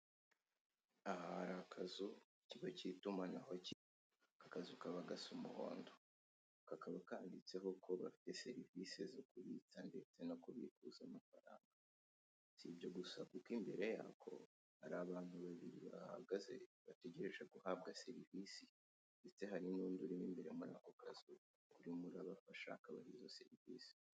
Aha hari akazu k'ikigo cy'itumanaho, aka kazu kaba gasa umuhondo, kakaba kanditseho ko bafite serivisi zo kubitsa ndetse no kubikuza mafaranga. Si ibyo gusa kuko imbere yako, hari abantu babiri bahahagaze, bategereje guhabwa serivisi ndetse hari n'undi iri mo imbere muri ako kazu urimo urabafasha kubaha izo serivisi.